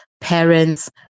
parents